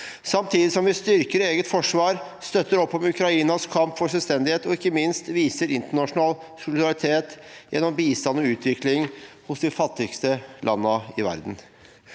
samtidig som vi styrker eget forsvar, støtter opp om Ukrainas kamp for selvstendighet og ikke minst viser internasjonal solidaritet gjennom bistand og utvikling i de fattigste landene i verden.